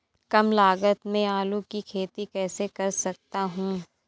कम लागत में आलू की खेती कैसे कर सकता हूँ?